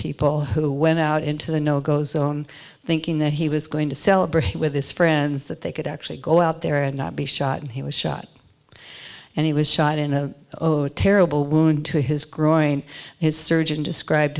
people who went out into the no go zone thinking that he was going to celebrate with his friends that they could actually go out there and not be shot and he was shot and he was shot in a oh terrible wound to his growing his surgeon described